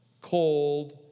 cold